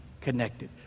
connected